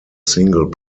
single